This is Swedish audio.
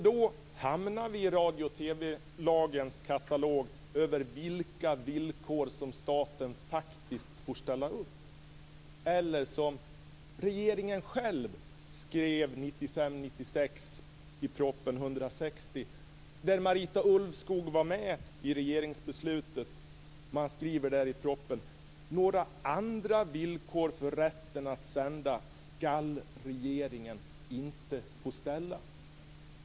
Då hamnar vi i radio och TV-lagens katalog över vilka villkor som staten faktiskt får ställa upp. där Marita Ulvskog var med: Några andra villkor för rätten att sända skall regeringen inte få ställa.